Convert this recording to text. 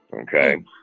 Okay